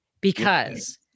because-